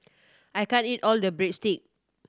I can't eat all the Breadstick